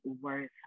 worth